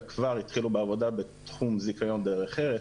כבר התחילו בעבודה בתחום זכיון דרך ארץ,